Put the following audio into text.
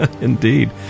Indeed